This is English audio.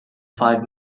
five